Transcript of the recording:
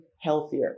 healthier